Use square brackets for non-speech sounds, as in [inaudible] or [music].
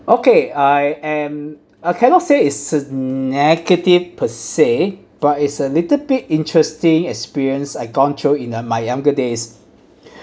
okay I am uh cannot say is a negative per se but it's a little bit interesting experience I gone through in uh my younger days [breath]